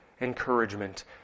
encouragement